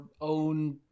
own